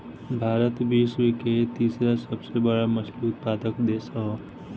भारत विश्व के तीसरा सबसे बड़ मछली उत्पादक देश ह